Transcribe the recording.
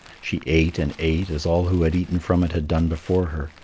she ate and ate as all who had eaten from it had done before her,